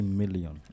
million